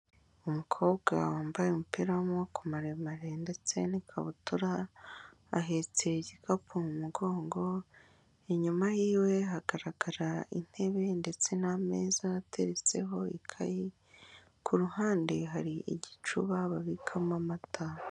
Umukobwa wambaye umupira w'amaboko maremare ndetse n'ikabutura, ahetse igikapu mu mugongo, inyuma y'iwe hagaragara intebe ndetse n'ameza ateretseho ikayi, ku ruhande hari igicuba babikamo amata.